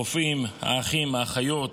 הרופאים, האחים, האחיות,